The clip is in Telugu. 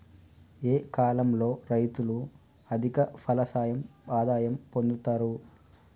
ఏ కాలం లో రైతులు అధిక ఫలసాయం ఆదాయం పొందుతరు?